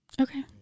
Okay